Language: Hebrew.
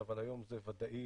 אבל היום זה ודאי